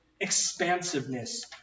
expansiveness